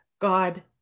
God